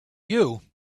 you